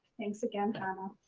thanks again, hannah.